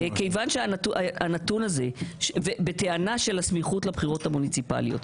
הראשית, בטענה של הסמיכות לבחירות המוניציפליות.